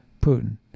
Putin